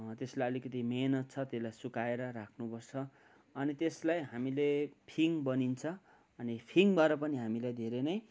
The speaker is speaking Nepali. त्यसलाई अलिकति मेहनत छ त्यसलाई सुकाएर राख्नुपर्छ अनि त्यसलाई हामीले फिङ्ग बनिन्छ अनि फिङ्गबाट पनि हामीलाई धेरै नै